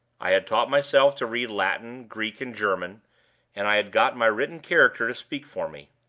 i had taught myself to read latin, greek, and german and i had got my written character to speak for me.